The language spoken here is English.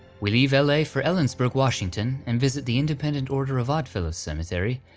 we leave ah la for ellensburg, washington, and visit the independent order of odd fellows cemetery,